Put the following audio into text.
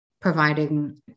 providing